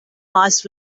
nice